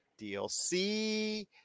DLC